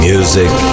Music